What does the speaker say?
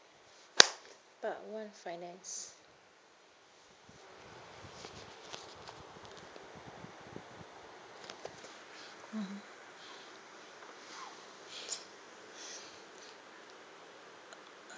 part one finance